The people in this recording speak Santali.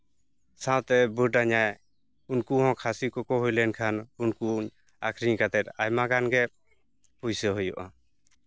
ᱥᱟᱶᱛᱮ ᱵᱟᱹᱰ ᱤᱧᱟᱭ ᱩᱱᱠᱩ ᱦᱚᱸ ᱠᱷᱟᱥᱤ ᱠᱚᱠᱚ ᱦᱩᱭ ᱞᱮᱱᱠᱷᱟᱱ ᱩᱱᱠᱩᱧ ᱟᱠᱷᱨᱤᱧ ᱠᱟᱛᱮᱜ ᱟᱭᱢᱟᱜᱟᱱᱜᱮ ᱯᱩᱭᱥᱟᱹᱦᱩᱭᱩᱜᱼᱟ